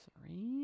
three